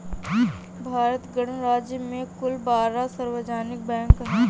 भारत गणराज्य में कुल बारह सार्वजनिक बैंक हैं